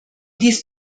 dies